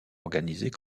organisées